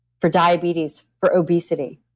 for diabetes, for obesity.